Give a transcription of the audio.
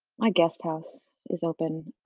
my guesthouse is open.